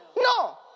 No